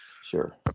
Sure